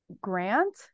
grant